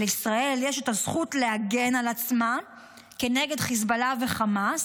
לישראל יש את הזכות להגן על עצמה כנגד חיזבאללה וחמאס.